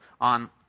on